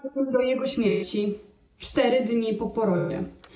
po jego śmierci 4 dni po porodzie.